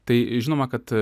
tai žinoma kad